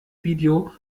video